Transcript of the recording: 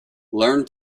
learn